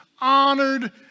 honored